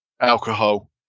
alcohol